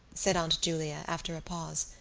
said aunt julia, after a pause.